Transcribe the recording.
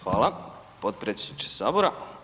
Hvala potpredsjedniče Sabora.